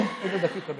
גם